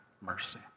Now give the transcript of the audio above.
mercy